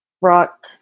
rock –